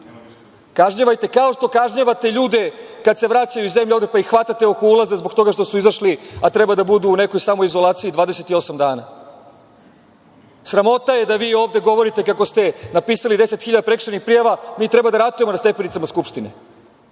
kažnjavajte kako što kažnjavate ljude kada se vraćaju iz zemlje, pa ih hvatate oko ulaza zbog toga što su izašli, a treba da budu u nekoj samoizolaciji 28 dana. Sramota je da vi ovde govorite kako ste napisali 10 hiljada prekršajnih prijava. Mi treba da ratujemo na stepenicama Skupštine.